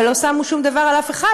ולא שמו שום דבר על אף אחד,